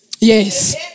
Yes